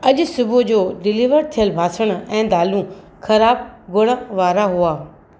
अॼु सुबुह जो डिलीवर थियल भासण ऐं दालूं ख़राबु गुण वारा हुआ